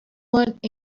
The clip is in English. want